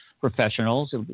professionals